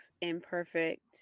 imperfect